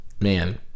Man